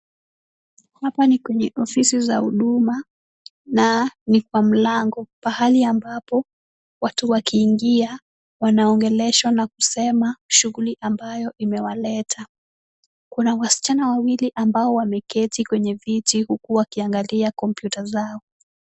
Hapa ni kwenye ofisi za huduma na ni kwenye mlango, mahali ambapo watu wakingiia wanaongeleshwa na kusema shughuli ambayo imewaleta. Kuna wasichana wawili ambao wameketi kwenye viti huku wakiangalia kompyuta zao.